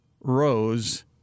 Rose